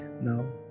No